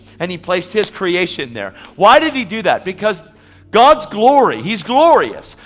and he placed his creation there. why did he do that? because god's glory, he's glorious.